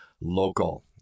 local